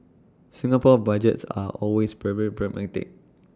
Singapore Budgets are always very pragmatic